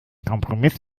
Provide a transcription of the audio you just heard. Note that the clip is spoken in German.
kompromiss